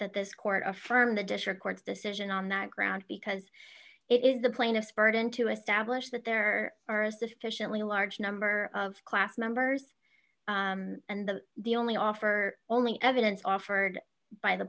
that this court affirmed the district court's decision on that ground because it is the plaintiff's burden to establish that there are a sufficiently large number of class members and the only offer only evidence offered by the